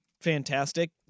fantastic